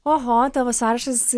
oho tavo sąrašas